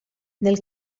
nel